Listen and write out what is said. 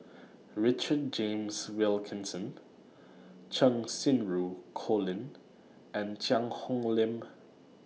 Richard James Wilkinson Cheng Xinru Colin and Cheang Hong Lim